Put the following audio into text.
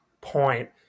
point